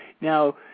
Now